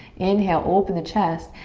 inhale, open the chest.